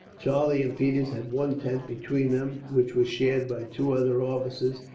charlie and peters had one tent between them, which was shared by two other officers,